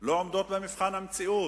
לא עומדות במבחן המציאות.